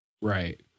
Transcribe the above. Right